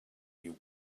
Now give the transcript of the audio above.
you